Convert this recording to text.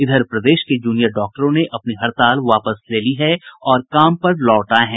इधर प्रदेश के जूनियर डॉक्टरों ने अपनी हड़ताल वापस ले ली है और काम पर लौट आये हैं